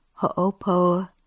ho'opo